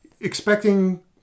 Expecting